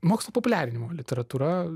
mokslo populiarinimo literatūra